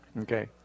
Okay